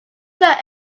that